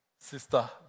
Sister